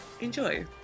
enjoy